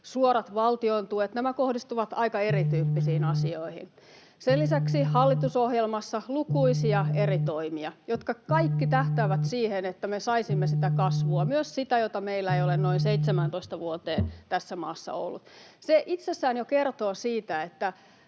suorat valtiontuet kohdistuvat aika erityyppisiin asioihin. Sen lisäksi hallitusohjelmassa on lukuisia eri toimia, jotka kaikki tähtäävät siihen, että me saisimme kasvua, myös sitä, jota meillä ei ole noin 17 vuoteen tässä maassa ollut. Se itsessään jo kertoo siitä,